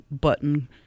button